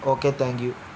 okay thank you